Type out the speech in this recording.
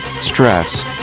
stress